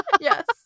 Yes